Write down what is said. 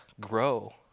grow